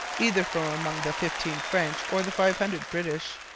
either from among the fifteen french or the five hundred british.